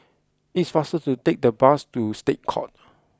it is faster to take the bus to State Courts